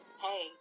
Hey